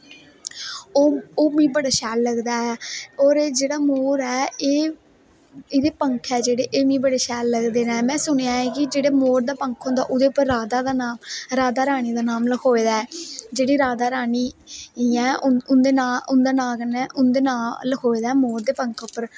ओह् मिगी बडे़ शैल लगदा ऐ और जेहडा मोर ऐ एहदे पंख ऐ जेहडे़ ऐ मी बडे़ शैल लगदे ना में सुनेआ है कि जेहडे़ मोर दा पंख होदां ओहदे उप्पर राधा दा नां राधा रानी दा नां लिखोऐ दै ऐ जेहड़ी राधा रानी ही उंदा नां नां कन्नै उंदे नां लिखोऐ दा ऐ मोर दे पंख उप्पर